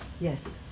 Yes